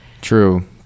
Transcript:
True